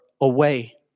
away